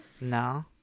no